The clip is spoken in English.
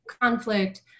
conflict